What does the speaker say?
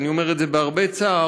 אני אומר את זה בהרבה צער,